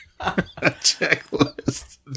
checklist